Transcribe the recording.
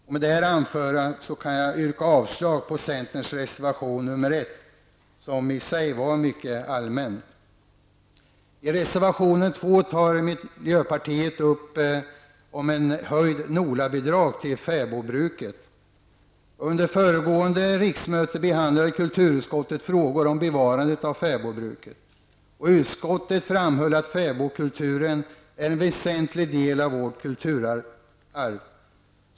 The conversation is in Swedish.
Med det anförda yrkar jag avslag på centerns reservation nr I reservation 2 tar miljöpartiet upp frågan om ett höjt NOLA-bidrag till fäbodbruket. Under föregående riksmöte behandlade kulturutskottet frågor om bevarandet av fäbodbruket. Utskottet framhöll att fäbodkulturen är en väsentlig del av vårt kulturarv.